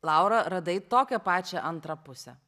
laura radai tokią pačią antrą pusę